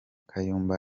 kayumba